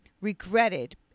regretted